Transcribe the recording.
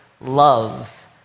love